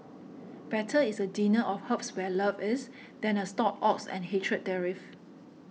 better is a dinner of herbs where love is than a stalled ox and hatred therewith